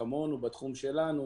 בתחום שלנו,